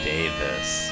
Davis